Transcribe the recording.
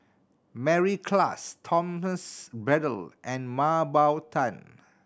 Mary Klass Thomas Braddell and Mah Bow Tan